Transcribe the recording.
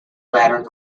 latter